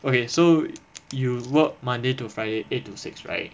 okay so you work monday to friday eight two six right